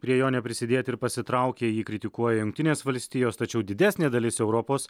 prie jo neprisidėti ir pasitraukė jį kritikuoja jungtinės valstijos tačiau didesnė dalis europos